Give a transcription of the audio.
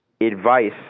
advice